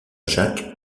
jacques